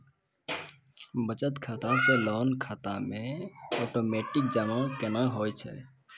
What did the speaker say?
बचत खाता से लोन खाता मे ओटोमेटिक जमा केना होय छै?